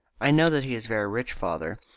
i know that he is very rich, father.